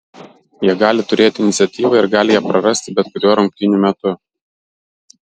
jie gali turėti iniciatyvą ir gali ją prarasti bet kuriuo rungtynių metu